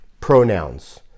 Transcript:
pronouns